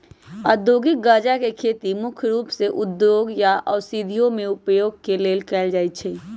औद्योगिक गञ्जा के खेती मुख्य रूप से उद्योगों या औषधियों में उपयोग के लेल कएल जाइ छइ